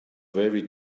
very